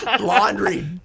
Laundry